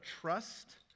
trust